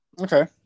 Okay